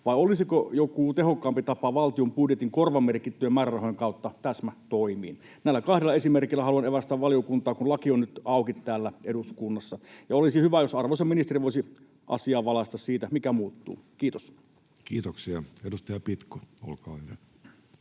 vai olisiko joku tehokkaampi tapa valtion budjetin korvamerkittyjen määrärahojen kautta täsmätoimiin? Näillä kahdella esimerkillä haluan evästää valiokuntaa, kun laki on nyt auki täällä eduskunnassa. Ja olisi hyvä, jos arvoisa ministeri voisi asiaa valaista siitä, mikä muuttuu. — Kiitos. Kiitoksia. — Edustaja Pitko, olkaa hyvä.